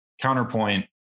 counterpoint